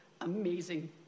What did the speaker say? amazing